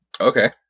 Okay